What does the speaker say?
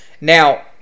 Now